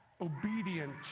obedient